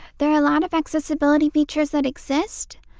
there are a lot of accessibility features that exist,